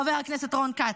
חבר הכנסת רון כץ.